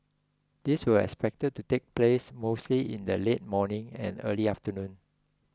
these were expected to take place mostly in the late morning and early afternoon